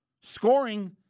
scoring